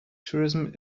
tourism